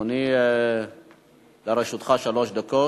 אדוני, לרשותך שלוש דקות.